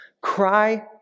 cry